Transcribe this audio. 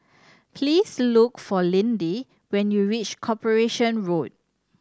please look for Lindy when you reach Corporation Road